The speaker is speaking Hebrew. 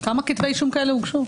כמה כתבי אישום כאלה הוגשו?